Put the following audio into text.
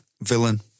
villain